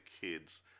kids